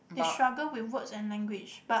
they struggle with words and language but